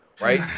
right